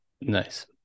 Nice